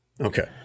Okay